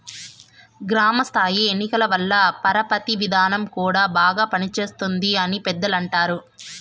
గ్రామ స్థాయి ఎన్నికల వల్ల పరపతి విధానం కూడా బాగా పనిచేస్తుంది అని పెద్దలు అంటారు